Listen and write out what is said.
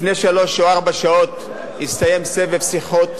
לפני שלוש או ארבע שעות הסתיים סבב שיחות.